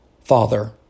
Father